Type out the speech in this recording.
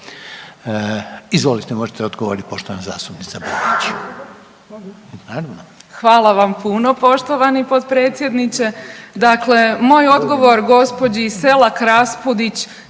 Izvolite, možete odgovoriti poštovana zastupnice Peović. **Burić, Majda (HDZ)** Hvala vam puno poštovani potpredsjedniče. Dakle, moj odgovor gospođi Selak Raspudić